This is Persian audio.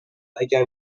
اگر